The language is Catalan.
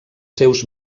seus